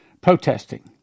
protesting